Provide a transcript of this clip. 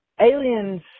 aliens